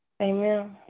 Amen